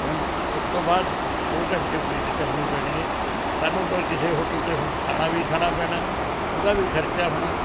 ਹੁਣ ਉਸ ਤੋਂ ਬਾਅਦ ਦੋ ਘੰਟੇ ਵੇਟ ਕਰਨੀ ਪੈਣੀ ਹੈ ਸਾਨੂੰ ਤਾਂ ਕਿਸੇ ਹੋਟਲ 'ਤੇ ਹੁਣ ਖਾਣਾ ਵੀ ਖਾਣਾ ਪੈਣਾ ਉਹਦਾ ਵੀ ਖਰਚਾ ਹੋਣਾ